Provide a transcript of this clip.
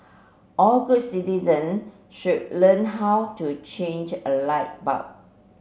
all good citizen should learn how to change a light bulb